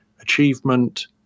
achievement